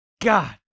God